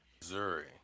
Missouri